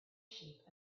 sheep